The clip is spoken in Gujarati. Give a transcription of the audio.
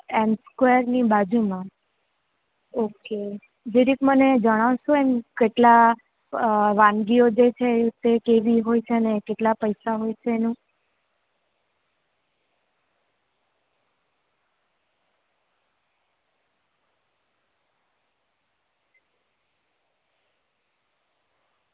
એમ સ્ક્વેરની બાજુમાં ઓકે જરાક મને જણાવશો એમ કેટલાં વાનગીઓ જે છે એ કેવી હોય છે અને કેટલાં પૈસા હોય છે એનું